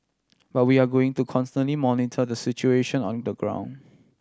but we are going to constantly monitor the situation on the ground